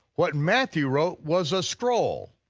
what matthew wrote was a scroll,